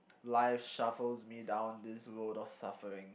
life shuffles me down this road of suffering